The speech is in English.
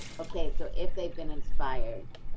okay, so if they've been inspired,